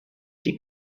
die